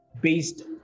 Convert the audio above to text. based